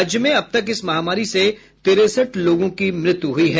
राज्य में अब तक इस महामारी से तिरेसठ लोगों की मृत्यु हुई है